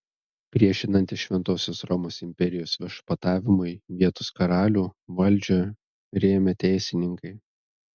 priešinantis šventosios romos imperijos viešpatavimui vietos karalių valdžią rėmė teisininkai